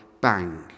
bang